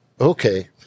okay